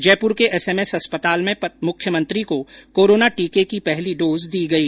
जयपुर के एसएमएस अस्पताल में मुख्यमंत्री को कोरोना टीके की पहली डोज दी गई